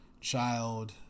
child